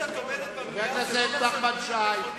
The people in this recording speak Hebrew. זה שאת עומדת במליאה זה לא אומר שהדברים שאת אומרת נכונים.